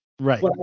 Right